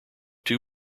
two